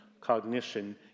cognition